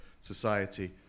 society